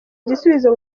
igisubizo